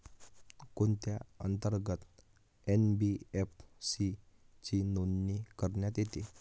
कोणत्या अंतर्गत एन.बी.एफ.सी ची नोंदणी करण्यात येते?